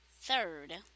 third